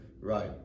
right